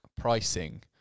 pricing